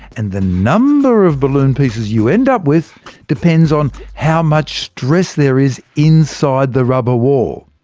and the number of balloon pieces you end up with depends on how much stress there is inside the rubber wall.